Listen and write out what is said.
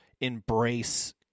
embrace